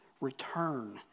return